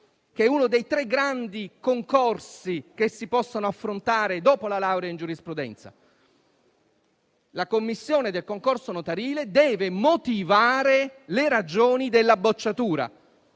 che è uno dei tre grandi concorsi che si possono affrontare dopo la laurea in giurisprudenza. La commissione del concorso notarile deve motivare le ragioni della bocciatura.